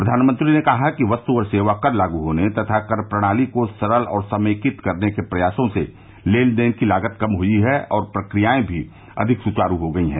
प्रधानमंत्री ने कहा कि वस्तु और सेवा कर लागू होने तथा कर प्रणाली को सरल और समेकित करने के प्रयासों से लेन देन की लागत कम हुई है और प्रक्रियाएं भी अधिक सुचारु हो गई हैं